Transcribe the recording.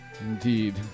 indeed